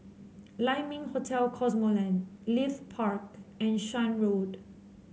Lai Ming Hotel Cosmoland Leith Park and Shan Road